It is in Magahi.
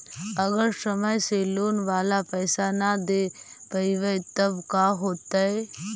अगर समय से लोन बाला पैसा न दे पईबै तब का होतै?